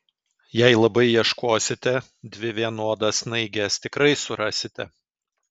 jei labai ieškosite dvi vienodas snaiges tikrai surasite